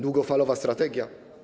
Długofalowa strategia?